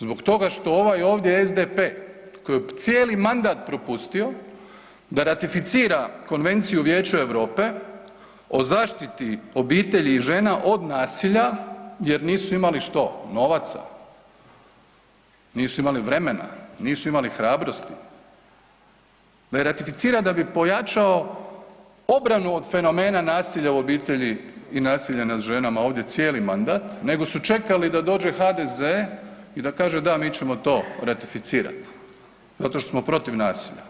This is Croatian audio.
Zbog toga što ovaj ovdje SDP koji je cijeli mandat propustio da ratificira Konvenciju Vijeća Europe o zaštiti obitelji i žena od nasilja jer nisu imali što, novaca, nisu imali vremena, nisu imali hrabrosti, … [[Govornik se ne razumije]] ratificiran da bi pojačao obranu od fenomena nasilja u obitelji i nasilja nad ženama ovdje cijeli mandat nego su čekali da dođe HDZ i da kaže da mi ćemo to ratificirat zato što smo protiv nasilja.